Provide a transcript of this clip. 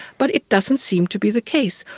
but it doesn't seem to be the case.